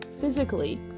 physically